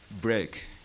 break